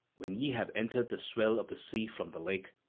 when ye have entered the swell of the sea from the lake,